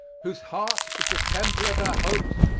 whose heart was the temple of our hopes,